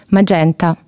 Magenta